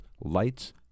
Lights